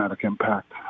impact